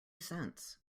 cents